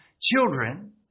children